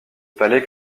palais